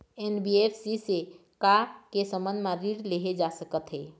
NBFC से का का के संबंध म ऋण लेहे जा सकत हे?